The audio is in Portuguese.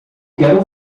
quero